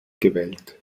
gewählt